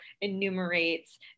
enumerates